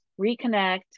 reconnect